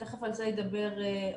ותכף על זה ידבר עופר,